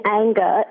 anger